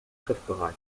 griffbereit